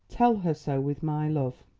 tell her so with my love.